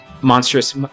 monstrous